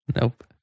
Nope